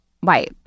white